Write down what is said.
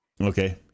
Okay